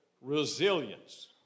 resilience